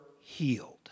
healed